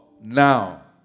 now